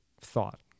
thought